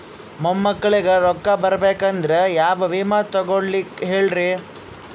ಮೊಮ್ಮಕ್ಕಳಿಗ ರೊಕ್ಕ ಬರಬೇಕಂದ್ರ ಯಾ ವಿಮಾ ತೊಗೊಳಿ ಹೇಳ್ರಿ?